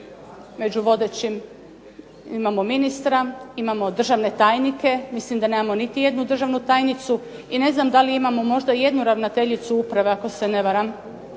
među vodećim. Imamo ministra, imamo državne tajnike, mislim da nemamo niti jednu državnu tajniku i ne znam da li imamo možda jednu ravnateljicu uprave ako se ne varam